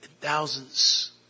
thousands